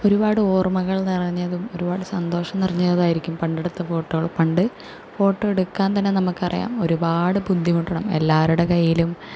ഒരുപാട് ഓർമ്മകൾ നിറഞ്ഞതും ഒരുപാട് സന്തോഷം നിറഞ്ഞതും ആയിരിക്കും പണ്ട് എടുത്ത ഫോട്ടോകൾ പണ്ട് ഫോട്ടോകൾ എടുക്കാൻ തന്നെ നമുക്കറിയാം ഒരുപാട് ബുദ്ധിമുട്ടണം എല്ലാവരുടെ കയ്യിലും